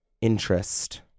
interest